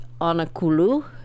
Onakulu